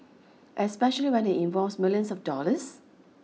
especially when it involves millions of dollars